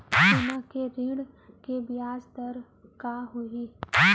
सोना के ऋण के ब्याज दर का होही?